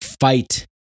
fight